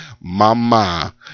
Mama